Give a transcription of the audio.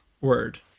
word